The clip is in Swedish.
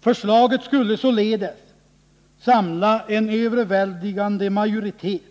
Förslaget skulle således samla en överväldigande majoritet.